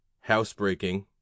Housebreaking